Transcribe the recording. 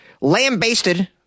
lambasted